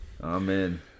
Amen